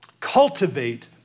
Cultivate